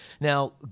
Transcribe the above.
Now